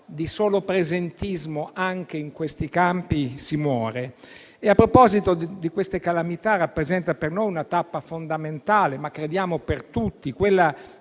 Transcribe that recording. Di solo presentismo, anche in questi campi, si muore. A proposito di queste calamità, rappresentano per noi una tappa fondamentale - ma crediamo la